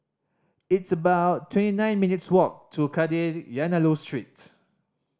it's about twenty nine minutes' walk to Kadayanallur Street